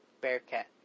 Bearcat